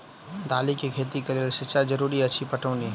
दालि केँ खेती केँ लेल सिंचाई जरूरी अछि पटौनी?